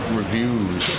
reviews